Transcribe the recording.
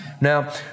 Now